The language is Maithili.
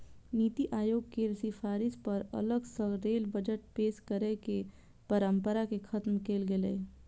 नीति आयोग केर सिफारिश पर अलग सं रेल बजट पेश करै के परंपरा कें खत्म कैल गेलै